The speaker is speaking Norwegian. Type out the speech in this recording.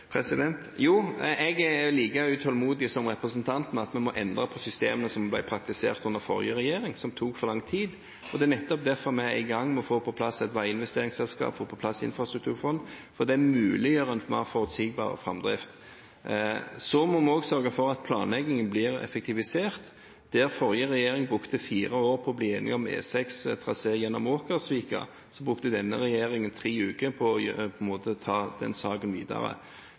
Jeg er like utålmodig som representanten: Vi må endre systemet som ble praktisert under forrige regjering, et system som tok for lang tid. Det er nettopp derfor vi er i gang med å få på plass et veiinvesteringsselskap, et infrastrukturfond. Det muliggjør en mer forutsigbar framdrift. Vi må også sørge for at planleggingen blir effektivisert. Forrige regjering brukte fire år på å bli enige om E6s trasé gjennom Åkersvika – denne regjeringen brukte tre uker på å ta saken videre. En vil også på mange andre steder se at en